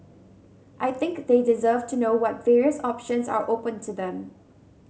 I think they deserve to know what various options are open to them